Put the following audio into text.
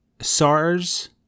SARS